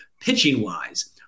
pitching-wise